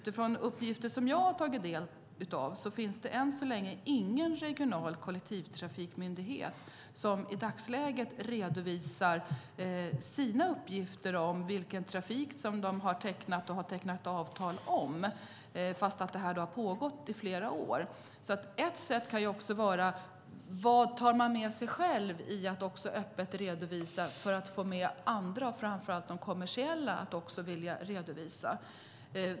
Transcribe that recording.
Enligt uppgifter som jag har tagit del av finns det än så länge ingen regional kollektivtrafikmyndighet som redovisar sina uppgifter om vilken trafik som de har tecknat avtal om, fast detta har pågått under flera år. En annan sak kan vara vad man tar med sig själv om man har öppna redovisningar för att få andra, framför allt de kommersiella, att också vilja redovisa.